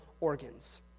organs